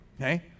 okay